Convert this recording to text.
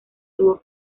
tuvo